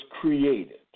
created